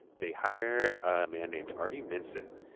they hire a man named artie minson,